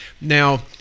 Now